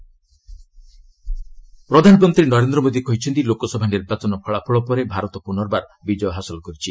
PM results ପ୍ରଧାନମନ୍ତ୍ରୀ ନରେନ୍ଦ୍ର ମୋଦି କହିଛନ୍ତି ଲୋକସଭା ନିର୍ବାଚନ ଫଳାଫଳ ପରେ ଭାରତ ପୁନର୍ବାର ବିଜୟ ହାସଲ କରିଛି